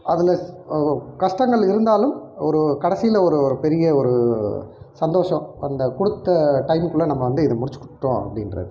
அதில் கஷ்டங்கள் இருந்தாலும் ஒரு கடைசியில் ஒரு ஒரு பெரிய ஒரு சந்தோஷம் அந்த கொடுத்த டைம்குள்ளே நம்ம வந்து இதை முடிச்சுக் கொடுத்துட்டோம் அப்படின்றது